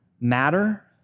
matter